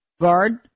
guard